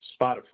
Spotify